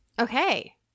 Okay